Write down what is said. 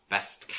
Best